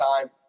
time